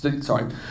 Sorry